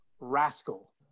Rascal